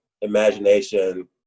imagination